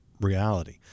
reality